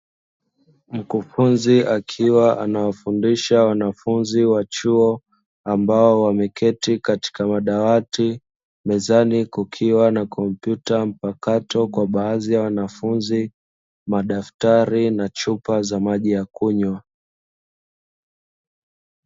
Mkufunzi akiwa anawafundisha wanafunzi wa chuo ambao wameketi katika madawati mezani kukiwa na kompyuta mpakato kwa baadhi ya wanafunzi, madaftari na chupa za maji ya kunywa.